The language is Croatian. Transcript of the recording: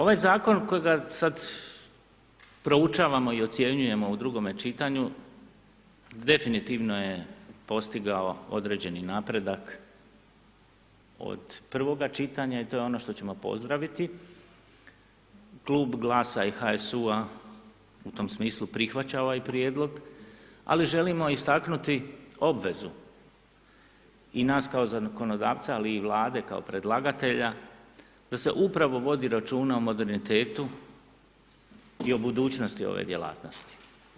Ovaj zakon kojega sad proučavamo i ocjenjujemo u drugome čitanju, definitivno je postigao određeni napredak od prvoga čitanja i to je ono što ćemo pozdraviti, klub GLAS-a i HSU-a u tom smislu prihvaća ovaj prijedlog ali želimo istaknuti obvezu i nas kao zakonodavca ali i Vlade kao predlagatelja da se upravo vodi računa o modernitetu i o budućnosti ove djelatnosti.